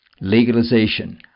legalization